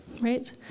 right